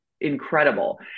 incredible